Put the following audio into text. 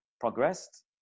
progressed